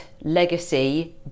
legacy